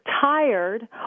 tired